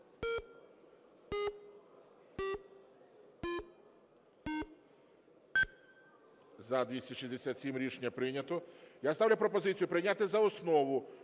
За-267 Рішення прийнято. Я ставлю пропозицію прийняти за основу